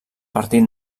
partit